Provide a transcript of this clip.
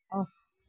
off